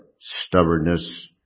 stubbornness